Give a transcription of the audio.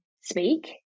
speak